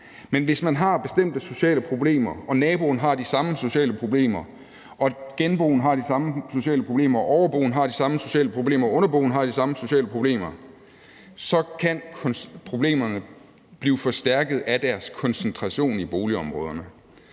Men hvis man har bestemte sociale problemer, og hvis naboen har de samme sociale problemer, hvis genboen har de samme sociale problemer, hvis overboen har de samme sociale problemer, og hvis underboen har de samme sociale problemer, så kan problemerne blive forstærket af deres koncentration i boligområderne.